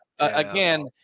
Again